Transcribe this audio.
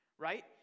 right